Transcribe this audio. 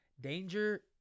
danger